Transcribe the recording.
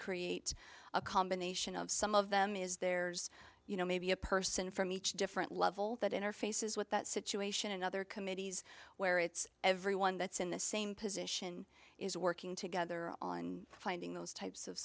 create a combination of some of them is there's you know maybe a person from each different level that interfaces with that situation and other committees where it's everyone that's in the same position is working together on finding those types of